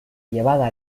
llevada